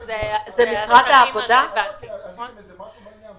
זה --- עשיתם משהו בעניין?